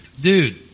dude